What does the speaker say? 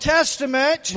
Testament